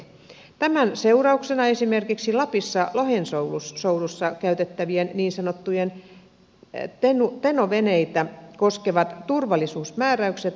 tämän seurauksena esimerkiksi lapissa lohensoudussa käytettäviä niin sanottuja teno veneitä koskevat turvallisuusmääräykset lieventyvät